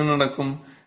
எனவே என்ன நடக்கும்